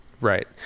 Right